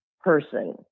person